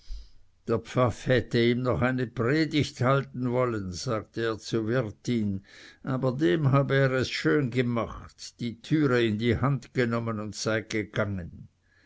der pfaff hätte ihm noch eine predigt halten wollen sagte er zur wirtin aber dem habe er es schön gemacht die türe in die hand genommen und sei gegangen